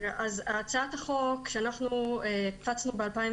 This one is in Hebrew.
הצעת החוק שאנחנו הפצנו ב-2018 --- לא.